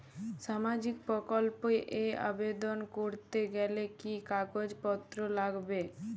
সামাজিক প্রকল্প এ আবেদন করতে গেলে কি কাগজ পত্র লাগবে?